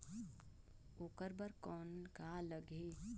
ओकर बर कौन का लगी?